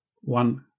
one